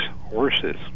horses